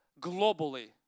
globally